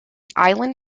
island